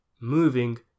moving